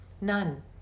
None